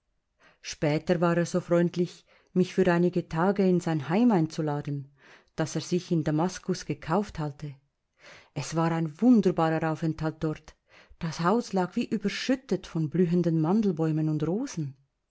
später war er so freundlich mich für einige tage in sein heim einzuladen das er sich in damaskus gekauft halte es war ein wunderbarer aufenthalt dort das haus lag wie überschüttet von blühenden mandelbäumen und rosen